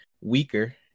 weaker